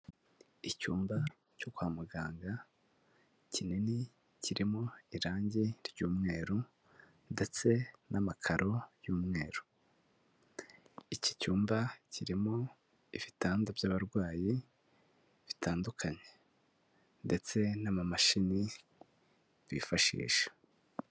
Icyumba cyo kwa muganga kinini kirimo irangi ry'umweru ndetse n'amakaro y'umweru. Iki cyumba kirimo ibitanda by'abarwayi bitandukanye ndetse n'amamashini bifashisha.